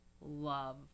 love